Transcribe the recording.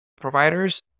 providers